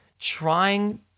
trying